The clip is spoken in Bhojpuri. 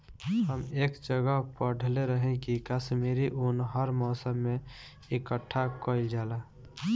हम एक जगह पढ़ले रही की काश्मीरी उन हर मौसम में इकठ्ठा कइल जाला